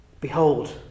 behold